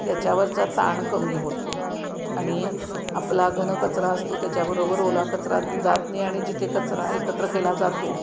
त्याच्यावरचा ताण कमी होतो आणि आपला घनकचरा असतो त्याच्याबरोबर ओला कचरा जात नाही आणि जिथे कचरा एकत्र केला जातो